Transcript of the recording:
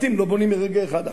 בתים לא בונים ברגע אחד.